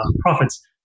profits